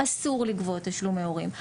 אסור לגבות תשלומי הורים.